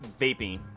vaping